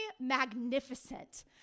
magnificent